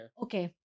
okay